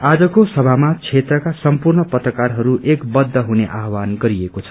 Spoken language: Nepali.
आजको सभा क्षेत्रका सम्पूर्ण पत्रकारहरू एकबद्ध हुने आह्वान गरिएको छ